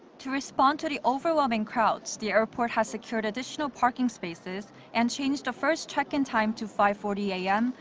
to respond to the overwhelming crowds, the airport has secured additional parking spaces and changed the first check-in time to five forty a m.